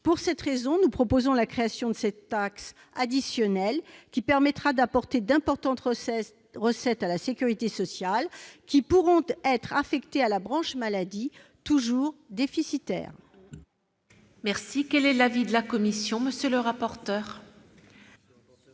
Pour cette raison, nous proposons la création de cette taxe additionnelle, qui permettra d'apporter d'importantes recettes à la sécurité sociale, lesquelles pourront être affectées à la branche maladie, toujours déficitaire. Quel est l'avis de la commission ? Cet amendement